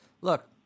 look